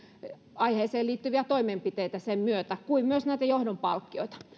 aiheeseen liittyviä toimenpiteitä sen myötä kuten myös näiden johdon palkkioiden osalta